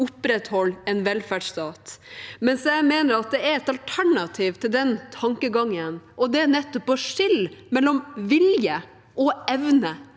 opprettholde velferdsstaten, mens jeg mener det er et alternativ til den tankegangen, og det er nettopp å skille mellom vilje og evne.